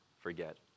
forget